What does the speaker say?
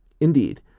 Indeed